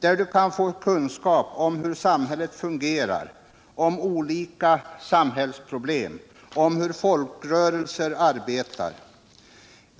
där du kan få kunskap om hur samhället fungerar, om olika samhällsproblem, om hur folkrörelser arbetar.